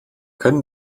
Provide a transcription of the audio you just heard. können